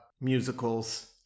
musicals